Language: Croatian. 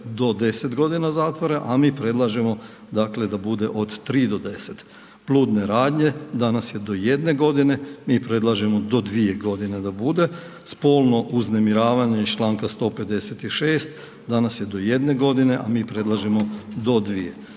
do 10 g. zatvora a mi predlažemo dakle da bude od 3 do 10. Bludne radnje, danas je do 1 g., mi predlažemo do 2 g. da bude. Spolno uznemiravanje iz čl. 156., danas je do 1 g. a mi predlažemo do 2.